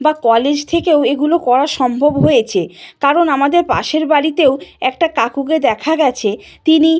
বা কলেজ থেকেও এগুলো করা সম্ভব হয়েছে কারণ আমাদের পাশের বাড়িতেও একটা কাকুকে দেখা গিয়েছে তিনি